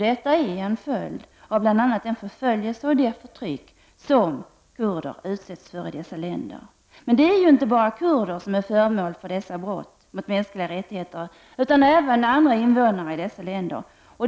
Detta är en följd av bl.a. den förföljelse och det förtryck som kurder utsätts för i dessa länder. Det är emellertid inte enbart kurder som är föremål för dessa brott mot mänskliga rättigheter, utan även andra invånare i dessa länder drabbas.